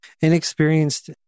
Inexperienced